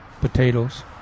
potatoes